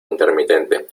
intermitente